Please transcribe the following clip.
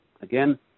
again